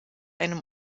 einem